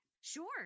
Sure